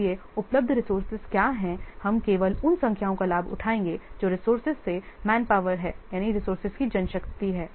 इसलिए उपलब्ध रिसोर्स क्या हैं हम केवल उन संख्याओं का लाभ उठाएंगे जो रिसोर्सेज से जनशक्ति हैं